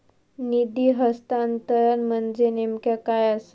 निधी हस्तांतरण म्हणजे नेमक्या काय आसा?